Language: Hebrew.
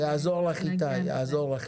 איתי יעזור לך.